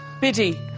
Biddy